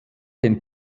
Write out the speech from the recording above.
den